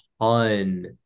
ton